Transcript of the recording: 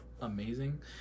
amazing